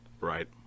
right